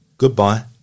Goodbye